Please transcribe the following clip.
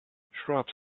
shrubs